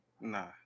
Nah